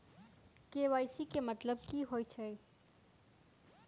KYC केँ मतलब की होइ छै?